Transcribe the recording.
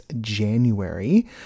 January